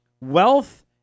wealth